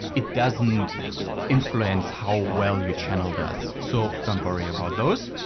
it doesn't influence how well your channel does. so don't worry about those.